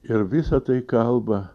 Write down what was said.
ir visa tai kalba